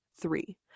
three